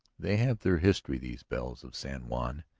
they have their history, these bells of san juan,